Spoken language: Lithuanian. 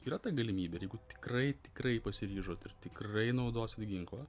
yra ta galimybė ir jeigu tikrai tikrai pasiryžot ir tikrai naudosit ginklą